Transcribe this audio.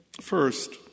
First